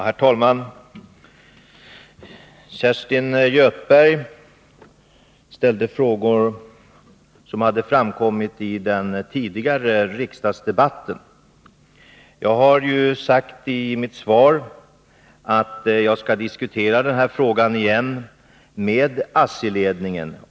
Herr talman! Kerstin Göthberg ställde frågor som hade tagits upp i den tidigare riksdagsdebatten. Jag har ju sagt i mitt svar att jag än en gång skall diskutera detta med ASSI-ledningen.